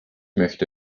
möchte